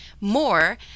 more